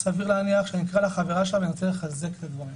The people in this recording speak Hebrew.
אז סביר להניח שנקרא לחברה של ה ונרצה לחזק את הדברים.